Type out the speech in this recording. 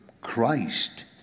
Christ